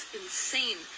insane